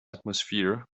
atmosphere